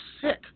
sick